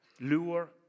lure